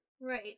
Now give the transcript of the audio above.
Right